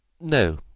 No